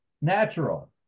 natural